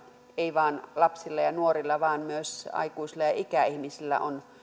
ei vain lapsilla ja nuorilla vaan myös aikuisilla ja ikäihmisillä on